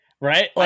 Right